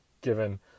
given